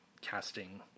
casting